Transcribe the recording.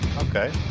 Okay